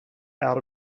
out